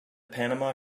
panama